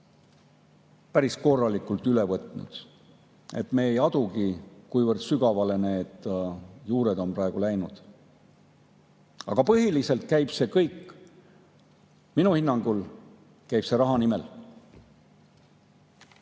päris korralikult üle võtnud. Me ei adugi, kuivõrd sügavale need juured on praegu läinud. Aga põhiliselt käib see minu hinnangul kõik raha nimel.